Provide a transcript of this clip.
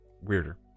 weirder